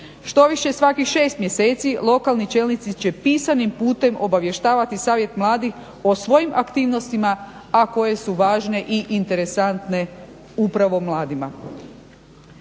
Štoviše, svakih šest mjeseci lokalni čelnici će pisanim putem obavještavati Savjet mladih o svojim aktivnostima, a koje su važne i interesantne upravo mladima.